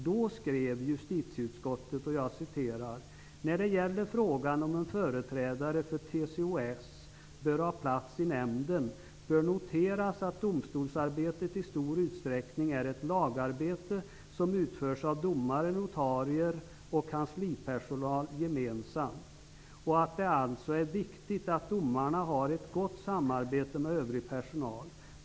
Då skrev justitieutskottet: ''När det gäller frågan om en företrädare för TCO S bör ha plats i nämnden bör noteras att domstolsarbetet i stor utsträckning är ett lagarbete som utförs av domare, notarier och kanslipersonal gemensamt, och att det alltså är viktigt att domarna har ett gott samarbete med övrig personal.